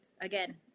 again